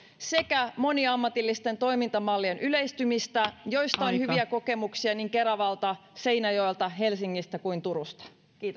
sekä moniammatillisten toimintamallien yleistymistä joista on hyviä kokemuksia niin keravalta seinäjoelta helsingistä kuin turustakin kiitoksia